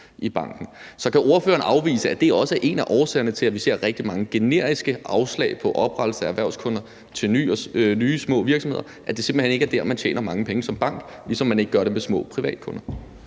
i banken. Så kan ordføreren afvise, at det også er en af årsagerne til, at vi ser rigtig mange generiske afslag på oprettelse af en erhvervskonto til nye små virksomheder, at det simpelt hen ikke er der, man tjener mange penge som bank, ligesom man ikke gør det med små privatkunder?